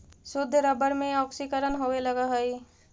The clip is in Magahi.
शुद्ध रबर में ऑक्सीकरण होवे लगऽ हई